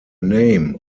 name